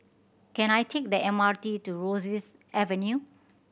can I take the M R T to Rosyth Avenue